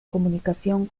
comunicación